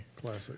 Classic